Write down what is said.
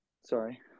sorry